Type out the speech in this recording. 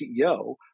CEO